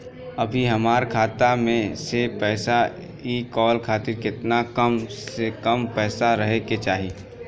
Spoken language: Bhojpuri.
अभीहमरा खाता मे से पैसा इ कॉल खातिर केतना कम से कम पैसा रहे के चाही?